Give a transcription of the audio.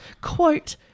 quote